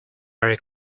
very